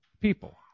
people